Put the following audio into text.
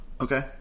Okay